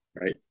Right